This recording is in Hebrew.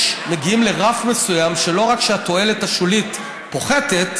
ומגיעים לרף מסוים שבו לא רק שהתועלת השולית פוחתת